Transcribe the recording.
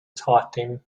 talking